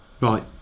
right